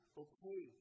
okay